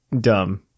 dumb